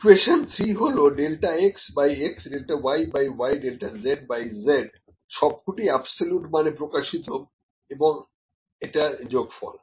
equation 3 হল delta x by x delta y by y delta z by z সবকটি absolute মানে প্রকাশিত এবং এবং এটার যোগফল